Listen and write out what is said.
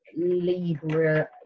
Libra